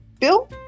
Bill